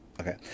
Okay